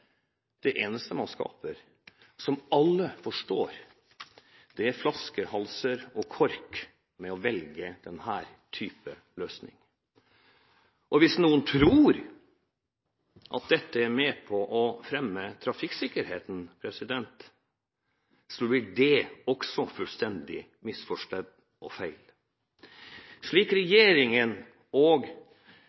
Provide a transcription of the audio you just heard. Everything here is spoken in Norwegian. Det eneste man skaper, er, som alle forstår, flaskehalser og kork ved å velge denne type løsning. Hvis noen tror at dette er med på å fremme trafikksikkerheten, blir det også fullstendig misforstått og feil. Slik regjeringen og